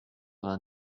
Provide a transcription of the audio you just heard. vingt